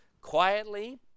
quietly